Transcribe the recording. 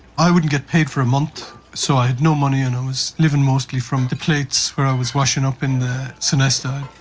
i wouldn't get paid for a month, so i had no money and i was living mostly from the plates where i was washing up in the sonesta,